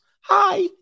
Hi